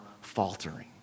faltering